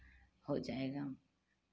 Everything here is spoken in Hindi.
हो जाएगा